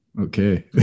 Okay